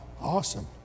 awesome